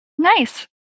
Nice